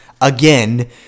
Again